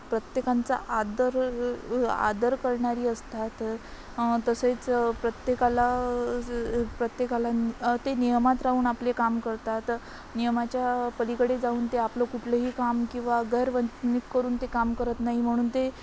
प्रत्येकांचा आदर आदर करणारी असतात तसेच प्रत्येकाला प्रत्येकाला ते नियमात राहून आपले काम करतात नियमाच्या पलीकडे जाऊन ते आपलं कुठलंही काम किंवा करून ते काम करत नाही म्हणून ते